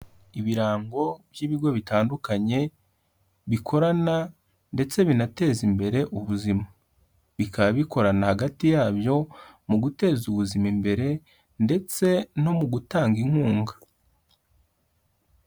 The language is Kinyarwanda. Ibirango by'ibigo bitandukanye bikorana ndetse binateza imbere ubuzima, bikaba bikorana hagati yabyo mu guteza ubuzima imbere ndetse no mu gutanga inkunga.